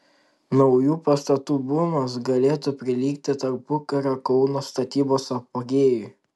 naujų pastatų bumas galėtų prilygti tarpukario kauno statybos apogėjui